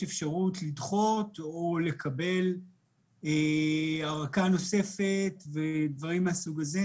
אפשרות לדחות או לקבל הארכה נוספת ודברים מהסוג הזה,